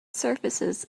surfaces